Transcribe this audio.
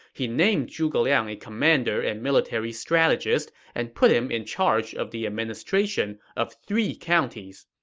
he named zhuge liang a commander and military strategist and put him in charge of the administration of three counties.